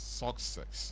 success